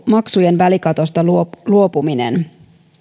maksujen välikatosta luopuminen